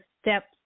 steps